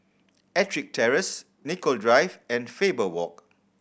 Ettrick Terrace Nicoll Drive and Faber Walk